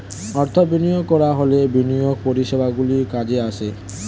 অর্থ বিনিয়োগ করা হলে বিনিয়োগ পরিষেবাগুলি কাজে আসে